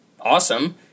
awesome